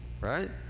right